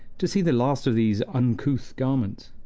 to see the last of these uncouth garments.